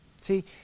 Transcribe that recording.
See